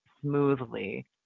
smoothly